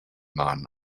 man